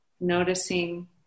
noticing